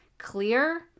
clear